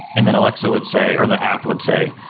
and then alexa would say, or the app would say,